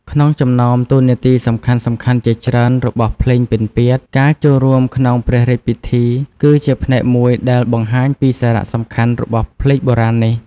ក្នុងចំណោមតួនាទីសំខាន់ៗជាច្រើនរបស់ភ្លេងពិណពាទ្យ ការចូលរួមក្នុងព្រះរាជពិធី គឺជាផ្នែកមួយដែលបង្ហាញពីសារៈសំខាន់របស់ភ្លេងបុរាណនេះ។